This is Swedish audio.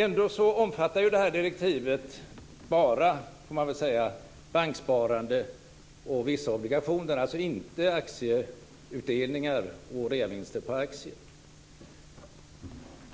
Ändå omfattar detta direktiv bara banksparande och vissa obligationer, alltså inte aktieutdelningar och reavinster på aktier.